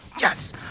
yes